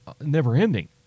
never-ending